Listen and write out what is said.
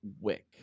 wick